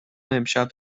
امشب